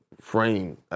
frame